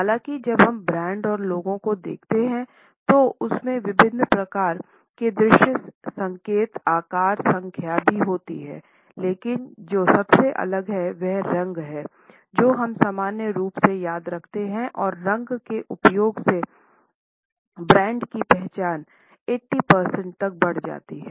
हालांकि जब हम ब्रांड और लोगो को देखते हैं तो उसमे विभिन्न प्रकार के दृश्य संकेत आकार संख्या भी होती हैं लेकिन जो सबसे अलग है वह रंग है जो हम सामान्य रूप से याद रखते हैं और रंग के उपयोग से ब्रांड की पहचान 80 प्रतिशत तक बढ़ जाती है